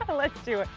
ah let's do it.